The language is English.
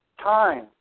time